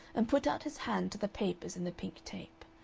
and put out his hand to the papers in the pink tape.